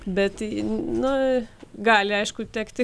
bet na gali aišku tekti